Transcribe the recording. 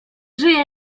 żyje